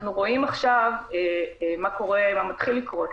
אנחנו רואים עכשיו מה מתחיל לקרות,